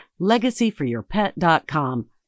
LegacyForYourPet.com